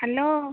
hello